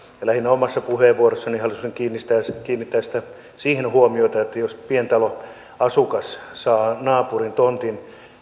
omassa puheenvuorossani halusin kiinnittää lähinnä siihen huomiota että jos pientaloasukas saa naapuritontin